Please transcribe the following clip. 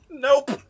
Nope